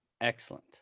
Excellent